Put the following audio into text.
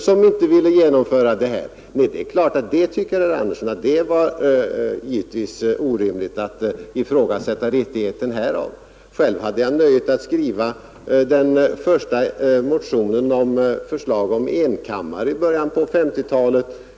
som inte ville genomföra reformen? Nej, det tycker herr Andersson naturligtvis skulle vara en orimlig tanke. Själv hade jag nöjet att skriva vår första motion om enkammarriksdag i början av 1950-talet.